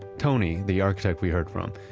tony, the architect we heard from,